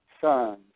sons